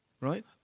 right